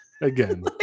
Again